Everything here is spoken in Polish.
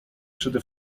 przede